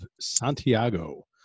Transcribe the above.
Santiago